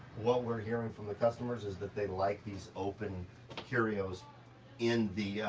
what we're hearing from the customers is that they like these open curios in the.